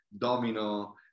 domino